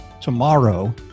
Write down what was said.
Tomorrow